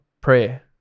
prayer